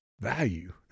value